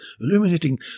illuminating